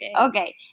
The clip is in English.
Okay